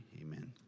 amen